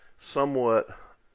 somewhat